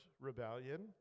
rebellion